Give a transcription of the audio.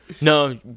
no